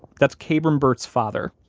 that's kabram burt's father,